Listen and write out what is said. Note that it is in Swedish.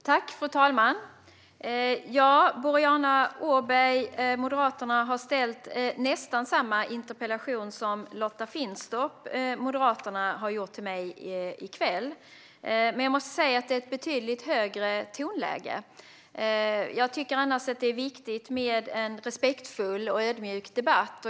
Fru talman! Boriana Åberg, Moderaterna, har ställt nästan samma interpellation som Lotta Finstorp, Moderaterna, har ställt till mig i kväll. Men tonläget är betydligt högre. Jag tycker att det är viktigt med en respektfull och ödmjuk debatt.